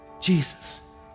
Jesus